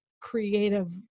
creative